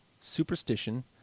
Superstition